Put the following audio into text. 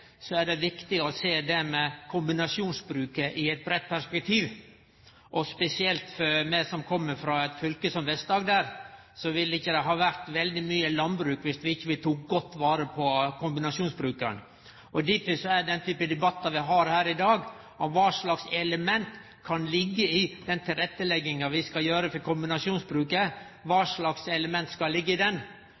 det er viktig å sjå det med kombinasjonsbruk i eit breitt perspektiv. Spesielt for meg som kjem frå eit fylke som Vest-Agder: Det ville ikkje ha vore mykje landbruk dersom vi ikkje tok godt vare på kombinasjonsbrukaren. Og dette er den typen debatt vi har her i dag: Kva slags element kan liggje i den tilrettelegginga vi skal gjere for kombinasjonsbruket? Vi har eit breitt spekter av tiltak vi må gjere for å få ei fornuftig inntekt for dei som har jorda i